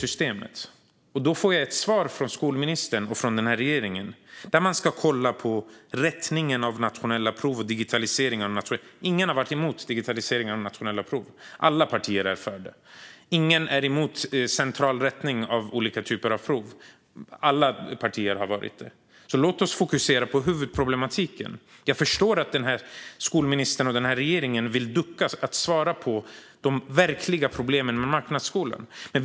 Det svar jag får från skolministern och regeringen är att de ska kolla på rättningen av nationella prov och på digitalisering. Ingen är emot digitalisering av nationella prov. Alla partier är för det. Ingen är emot central rättning av olika typer av prov. Alla partier är för det. Låt oss fokusera på huvudproblematiken. Jag förstår att skolministern och regeringen vill ducka för att svara på de verkliga problemen med marknadsskolan.